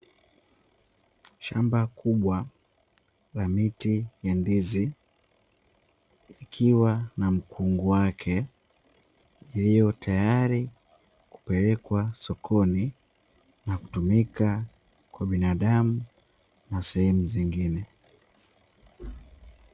Shamba kubwa la miti ya ndizi ikiwa na mkungu wake, iliyo tayari kupelekwa sokoni na kutumika kwa binadamu na sehemu zingine.